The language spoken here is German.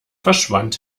verschwand